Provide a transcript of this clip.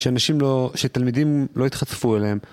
שאנשים לא, שתלמידים לא יתחצפו אליהם.